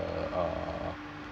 uh